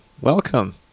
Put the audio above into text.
welcome